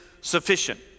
sufficient